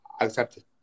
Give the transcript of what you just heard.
accepted